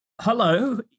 Hello